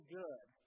good